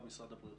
ברבש.